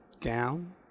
down